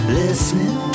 listening